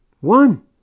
One